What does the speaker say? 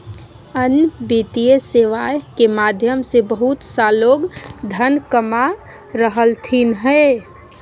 अन्य वित्तीय सेवाएं के माध्यम से बहुत सा लोग धन कमा रहलथिन हें